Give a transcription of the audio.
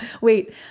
wait